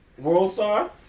Worldstar